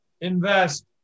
invest